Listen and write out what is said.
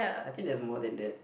I think there's more than that